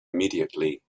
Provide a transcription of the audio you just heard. immediately